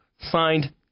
signed